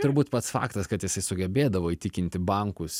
turbūt pats faktas kad jisai sugebėdavo įtikinti bankus